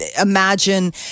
imagine